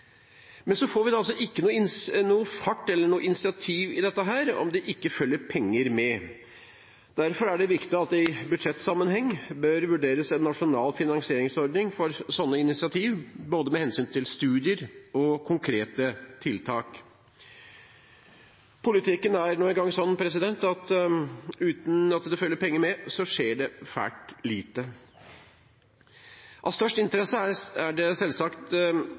Men vi får ikke noe fart eller noe initiativ i dette om det ikke følger penger med. Derfor er det viktig at det i budsjettsammenheng bør vurderes en nasjonal finansieringsordning for slike initiativer, med hensyn til både studier og konkrete tiltak. Politikken er nå engang slik at uten at det følger penger med, skjer det fælt lite. Av størst interesse er selvsagt